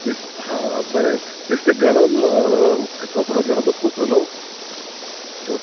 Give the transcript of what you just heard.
बेश्टे हां बरें बेश्टें गरम उदक कपडो घेवनाचो पुसू न्हू